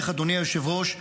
אדוני היושב-ראש,